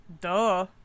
Duh